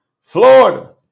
Florida